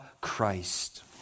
Christ